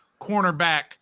cornerback